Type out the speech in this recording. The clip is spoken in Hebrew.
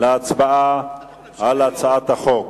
להצבעה על הצעת החוק